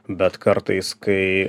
bet kartais kai